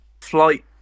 flight